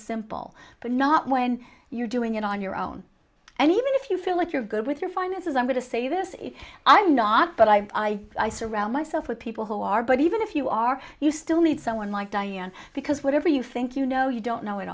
simple but not when you're doing it on your own and even if you feel like you're good with your finances i'm going to say this if i'm not but i i surround myself with people who are but even if you are you still need someone like diane because whatever you think you know you don't know it